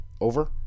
Over